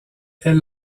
est